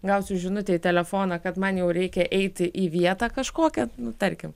gausiu žinutę į telefoną kad man jau reikia eiti į vietą kažkokią nu tarkim